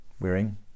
wearing